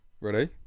Ready